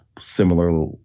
similar